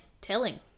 telling